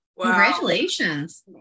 Congratulations